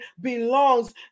belongs